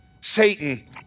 Satan